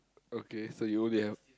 okay so you only have